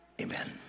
Amen